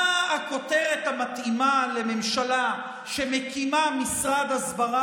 מה הכותרת המתאימה לממשלה שמקימה משרד הסברה